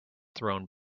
thrown